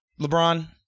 lebron